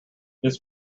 this